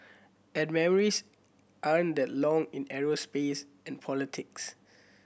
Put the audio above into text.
and memories aren't that long in aerospace and politics